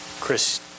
Chris